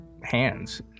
hands